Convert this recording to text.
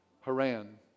Haran